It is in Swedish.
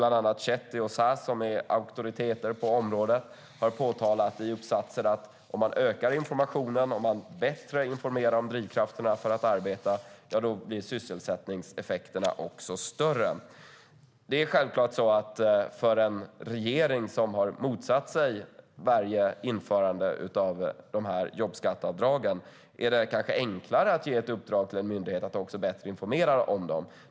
Bland andra Chetty och Saez, som är auktoriteter på området, har i uppsatser påtalat att om man ökar informationen och bättre informerar om drivkrafterna för att arbeta blir sysselsättningseffekterna också större. Det är självklart så att för en regering som har motsatt sig varje införande av jobbskatteavdrag är det kanske enklare att ge ett uppdrag till en myndighet att också bättre informera om dem.